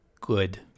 good